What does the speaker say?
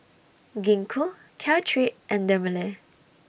Gingko Caltrate and Dermale